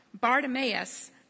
Bartimaeus